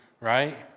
right